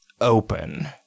open